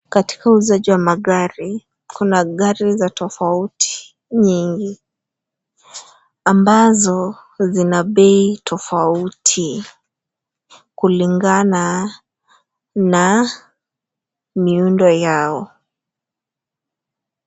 Katika uuzaji wa magari, kuna gari za tofauti nyingi ambazo zina bei tofauti kulingana na miundo yao.